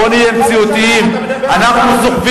בוא נהיה מציאותיים, לא משנה,